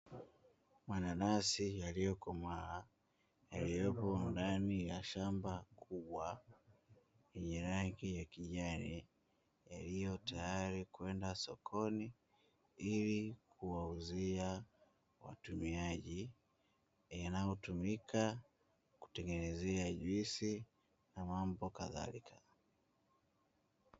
Mananasi yaliokomaa, yaliyopo ndani ya shamba kubwa, yenye rangi ya kijani, yaliyo tayari kwenda sokoni ili kuwauzia watumiaji. Inayotumika kutengenezea juisi na kadhalika.